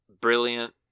brilliant